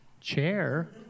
chair